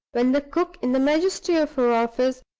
when the cook, in the majesty of her office,